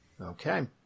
Okay